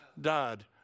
died